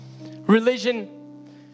Religion